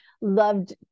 loved